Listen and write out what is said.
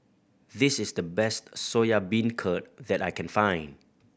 this is the best Soya Beancurd that I can find